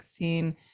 16